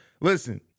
Listen